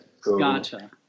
Gotcha